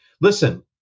listen